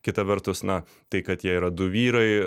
kita vertus na tai kad jie yra du vyrai